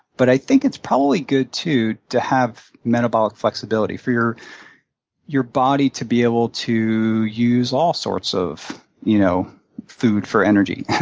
but i think it's probably good too, to have metabolic flexibility, for your your body to be able to use all sorts of you know food for energy.